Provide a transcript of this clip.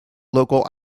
local